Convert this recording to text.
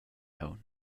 aunc